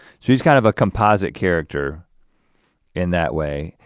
so he's kind of a composite character in that way,